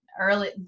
early